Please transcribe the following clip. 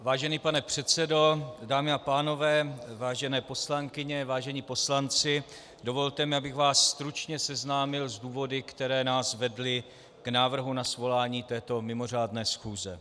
Vážený pane předsedo, dámy a pánové, vážené poslankyně, vážení poslanci, dovolte mi, abych vás stručně seznámil s důvody, které nás vedly k návrhu na svolání této mimořádné schůze.